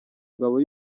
ngabo